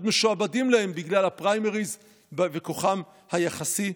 משועבדים להם בגלל הפריימריז וכוחם היחסי?